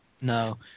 No